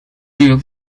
yıl